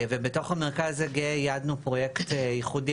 בתוך המרכז הגאה ייעדנו פרויקט ייחודי